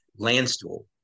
Landstuhl